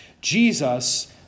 Jesus